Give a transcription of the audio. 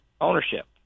ownership